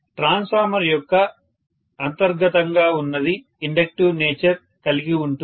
transformer యొక్క అంతర్గతంగా ఉన్నది ఇండక్టివ్ నేచర్ కలిగి ఉంటుంది